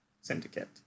syndicate